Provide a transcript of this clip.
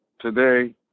today